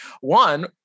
One